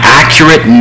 accurate